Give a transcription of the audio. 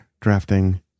drafting